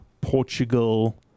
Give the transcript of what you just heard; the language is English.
Portugal